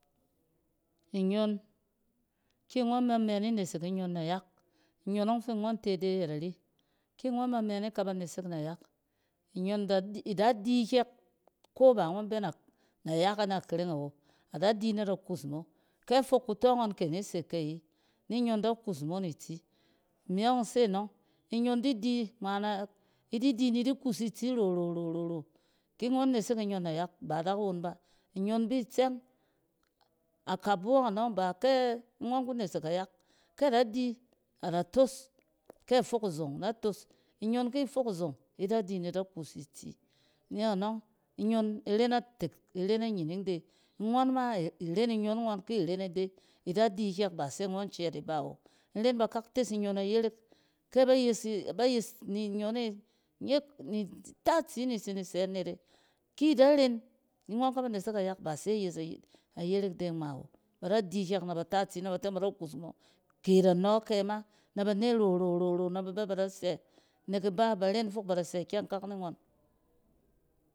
Inyon, ki ngͻn ma mɛ ni nesek inyon nayak, inyon ͻng fi ngͻn te de yet ari, ki ngͻn ma mɛ ni kɛ ba nasek nayak, inyon da-ida di kyɛk, ko ba ngͻn bɛ nak-nayak e nakereng awo, ada di na da kus mo kɛ fok kutͻ ngͻn kɛ ni se kɛ yi, ni nyon da kus mo ni tsi imi yͻng in se nͻng inyon di di ngma na, idi di ni di kus ni tsi rorororo. Ki ngͻn nesek inyon nayak, ba ida won ba, inyon bi tsɛng. Akabu yͻng anͻng ba, ke ngͻn ku nesek nayak, kɛ da di, ada toos kɛ afok izong tͻ na toos. Inyon ki ifok izong, ida di ni da kus ni tsi. Imi yͻng, anͻng. inyon iren atek iren annyining de. Nyͻn ma iren nyon ngͻn ki ren ide. Ida di kyɛk ba sɛ ngͻn cɛɛt nib a awo. In ren ba kak tes nyͻn. Iyerek kɛ ba yes e-ba yes, ni nyon e nyek ni ta tsi ni tsi ni sɛ net e-ki da ren ngͻn kaba nesek nayak ba se yes ayerek de ngma awo. Ba da di kyɛk na ba ta tsi na ba teng ba da kus mo. Ke da nͻ kyɛ mai nɛ ba ne rororo nɛ ba bɛ ba da sɛ nek iba ren fok ba da sɛ ikɛng kak ni ngͻn.